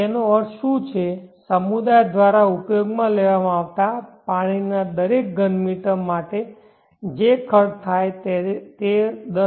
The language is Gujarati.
તેનો અર્થ શું છે સમુદાય દ્વારા ઉપયોગમાં લેવામાં આવતા પાણીના દરેક ઘન મીટર માટે જે ખર્ચ થાય છે તે રૂ